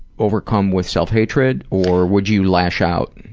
overcome with self-hatred? or would you lash out?